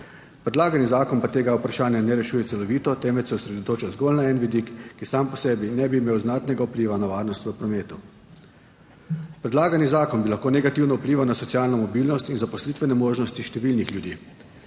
Predlagani zakon pa tega vprašanja ne rešuje celovito, temveč se osredotoča zgolj na en vidik, ki sam po sebi ne bi imel znatnega vpliva na varnost v prometu. Predlagani zakon bi lahko negativno vplival na socialno mobilnost in zaposlitvene možnosti številnih ljudi.